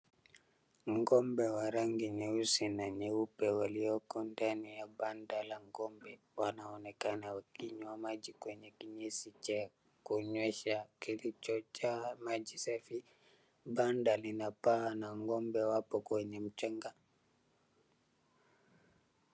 Ng'ombe wa rangi nyeupe na nyeusi walioko ndani ya banda la ng'ombe wanaonekana wakinywa maji kwenye kinyweshi cha kunywesha kilichojaa maji safi. Banda lina paa na ng'ombe wapo kwenye mchanga.